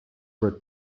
were